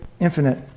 infinite